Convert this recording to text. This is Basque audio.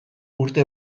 urte